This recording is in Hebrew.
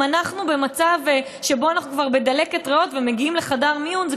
אם אנחנו במצב שבו אנחנו כבר עם דלקת ריאות ומגיעים לחדר מיון זה